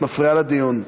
את מפריעה לדיון.